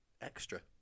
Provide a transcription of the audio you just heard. Extra